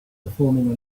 performing